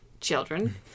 children